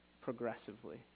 progressively